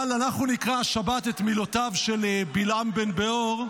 אבל אנחנו נקרא השבת את מילותיו של בלעם בן בעור,